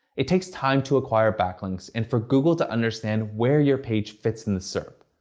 it takes time to acquire backlinks and for google to understand where your page fits in the serp.